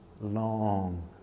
long